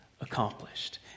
accomplished